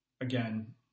again